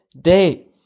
day